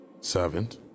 servant